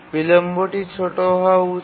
বিলম্বটি ছোট হওয়া উচিত